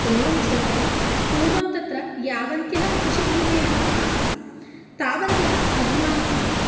एवं चेदपि पूर्वं तत्र यावन्त्यः कृषिभूम्यः आसन् तावन्त्यः अधुना न सन्ति